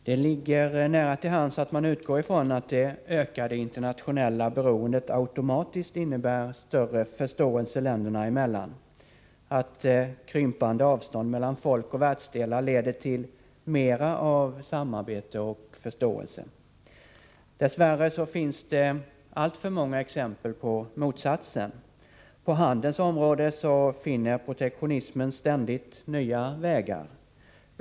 Fru talman! Det ligger nära till hands att utgå ifrån att det ökade internationella beroendet automatiskt innebär större förståelse länderna emellan, att krympande avstånd mellan folk och världsdelar leder till mer av samarbete och förståelse. Dess värre finns det alltför många exempel på motsatsen. På handelns område finner protektionismen ständigt nya vägar.